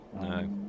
no